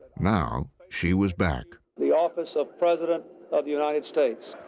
now she was back. the office of president of the united states,